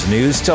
News